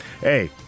hey